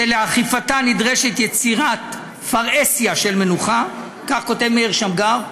שלאכיפתה נדרשת יצירת פרהסיה של מנוחה" כך כותב מאיר שמגר.